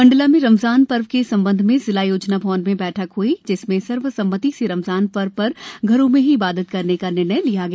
मण्डला में रमजान पर्व के संबंध में जिला योजना भवन में बैठक हई जिसमें सर्वसम्मति से रमजान पर्व पर घरों में ही इबादत करने का निर्णय लिया गया